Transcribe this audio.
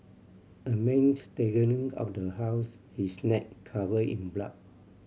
a man staggering out of the house his neck cover in blood